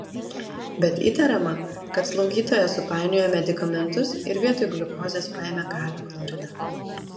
bet įtariama kad slaugytoja supainiojo medikamentus ir vietoj gliukozės paėmė kalio chloridą